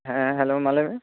ᱦᱮᱸ ᱦᱮᱞᱳ ᱢᱟ ᱞᱟ ᱭ ᱢᱮ